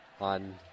on